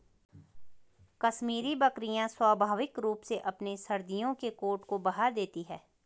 कश्मीरी बकरियां स्वाभाविक रूप से अपने सर्दियों के कोट को बहा देती है